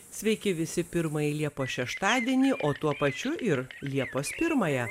sveiki visi pirmąjį liepos šeštadienį o tuo pačiu ir liepos pirmąją